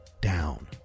down